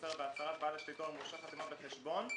יימסר בהצהרת בעל השליטה ומורשה חתימה בחשבון",